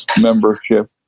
membership